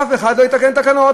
אף אחד לא יתקן תקנות.